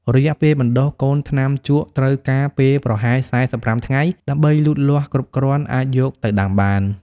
រយៈពេលបណ្ដុះ កូនថ្នាំជក់ត្រូវការពេលប្រហែល ៤៥ ថ្ងៃដើម្បីលូតលាស់គ្រប់គ្រាន់អាចយកទៅដាំបាន។